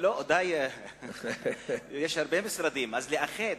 יש הרבה משרדים, ואפשר לאחד.